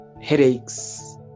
headaches